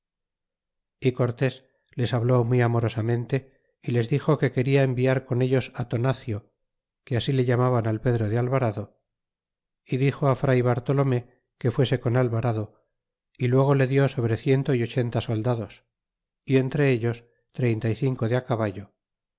é cortés les habló muy amorosamente y les dixo que quena enviar con ellos al tonacio que así le llamaban al pedro de alvarado y dixo fr bartolomé que fuese con alvarado y luego le dió sobre ciento y ochenta soldados y entre ellos treinta y cinco de caballo